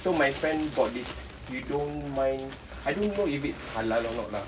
so my friend bought this you don't mind I don't know if it's halal or not lah